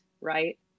right